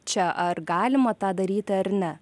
čia ar galima tą daryti ar ne